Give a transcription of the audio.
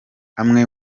amwe